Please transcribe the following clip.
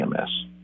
EMS